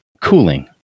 cooling